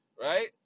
right